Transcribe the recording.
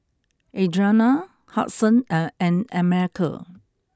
Adriana Hudson and and America